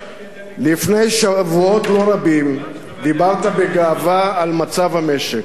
לפני שבועות לא רבים דיברת בגאווה על מצב המשק.